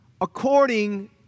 according